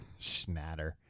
Schnatter